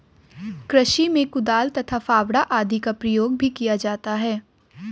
कृषि में कुदाल तथा फावड़ा आदि का प्रयोग भी किया जाता है